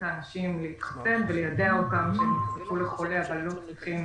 האנשים להתחסן וליידע אותם שהם נחשפו לחולה אבל לא צריכים